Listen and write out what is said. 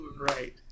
right